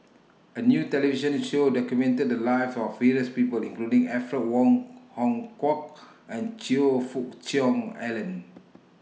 A New television Show documented The Lives of various People including Alfred Wong Hong Kwok and Choe Fook Cheong Alan